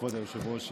כבוד היושב-ראש,